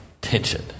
tension